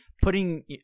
putting